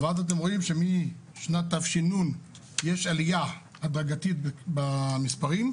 ואז אתם רואים שמשנת תש"ן יש עלייה הדרגתית במספרים,